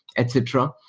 etc.